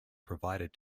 provided